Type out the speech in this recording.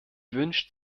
wünscht